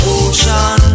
ocean